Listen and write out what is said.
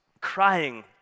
crying